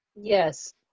Yes